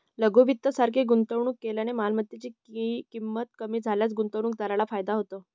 लघु वित्त सारखे गुंतवणूक केल्याने मालमत्तेची ची किंमत कमी झाल्यास गुंतवणूकदाराला फायदा होतो